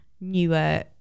newer